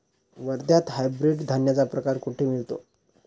वर्ध्यात हायब्रिड धान्याचा प्रकार कुठे मिळतो?